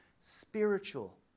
Spiritual